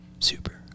Super